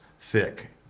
thick